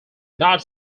not